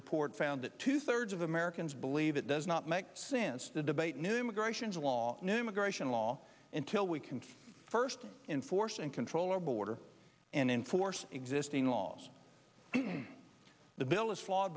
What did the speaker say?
report found that two thirds of americans believe it does not make sense the debate new immigration law new immigration law in till we can be first in force and control our border and enforce existing laws the bill is flawed